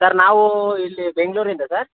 sir ನಾವು ಇಲ್ಲಿ ಬೆಂಗ್ಳೂರಿಂದ ಸರ್